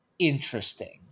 Interesting